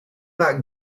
not